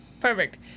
perfect